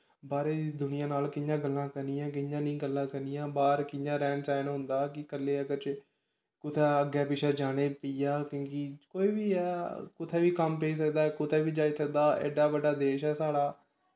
बाह्रै दी दुनियां नाल कियां गल्लां करनियां कियां निं गल्लां करनियां बाह्र कियां रैह्न सैह्न होंदा कि कल्लै गी बच्चे कुतै अग्गैं पिच्चे जाना पेई जा क्योंकि कोई बी ऐ कुतै बी कम्म पेई सकदा कुतै बी जाई सकदा एड्डा बड्डा देश ऐ साढ़ा